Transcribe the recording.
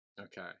Okay